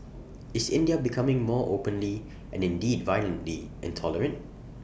is India becoming more openly and indeed violently intolerant